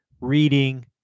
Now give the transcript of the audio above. reading